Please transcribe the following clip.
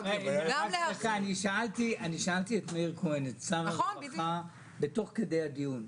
שאלתי את שר הרווחה תוך כדי הדיון,